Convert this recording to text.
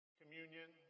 communion